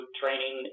training